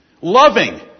Loving